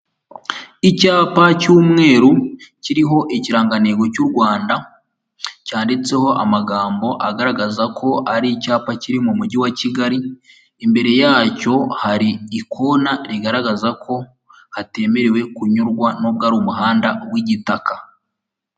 Icyapa cy'umweru kiriho ikirangantego cy'u Rwanda cyanditseho amagambo agaragaza ko ari icyapa kiri mu mujyi wa Kigali, imbere yacyo hari ikona rigaragaza ko hatemerewe kunyurwa n'ubwo ari umuhanda w'igitaka.